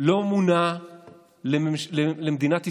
לא מונה למדינת ישראל.